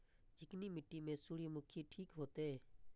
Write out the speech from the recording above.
चिकनी मिट्टी में सूर्यमुखी ठीक होते?